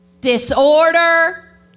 disorder